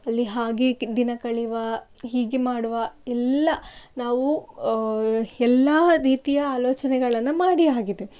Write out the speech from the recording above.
ಅಲ್ಲಿ ಹಾಗೆ ದಿನ ಕಳೆಯುವ ಹೀಗೆ ಮಾಡುವ ಎಲ್ಲ ನಾವು ಎಲ್ಲಾ ರೀತಿಯ ಆಲೋಚನೆಗಳನ್ನು ಮಾಡಿಯಾಗಿದೆ